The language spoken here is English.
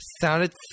sounded